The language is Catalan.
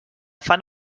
fan